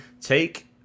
take